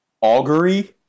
Augury